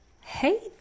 Hey